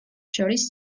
შორის